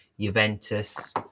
Juventus